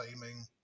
timing